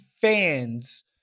fans